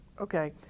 okay